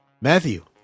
Matthew